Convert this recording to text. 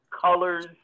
colors